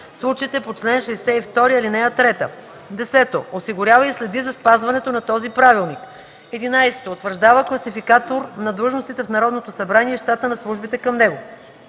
случаите по чл. 62, ал. 3; 10. осигурява и следи за спазването на този правилник; 11. утвърждава класификатор на длъжностите в Народното събрание и щата на службите към него;